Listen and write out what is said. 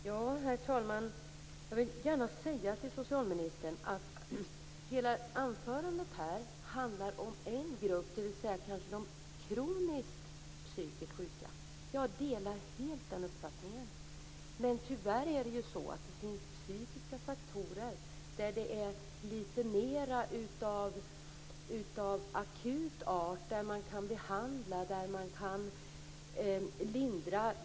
Herr talman! Hela socialministerns anförande handlar om en grupp, de kroniskt psykiskt sjuka, och jag delar helt socialministerns uppfattning i fråga om den gruppen människor. Men tyvärr finns det ju också psykiska faktorer av litet mer akut art, som kan behandlas och lindras.